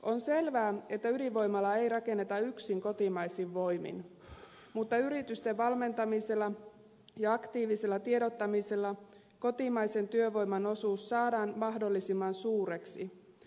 on selvää että ydinvoimalaa ei rakenneta yksin kotimaisen voimin mutta yritysten valmentamisella ja aktiivisella tiedottamisella kotimaisen työvoiman osuus saadaan mahdollisimman suureksi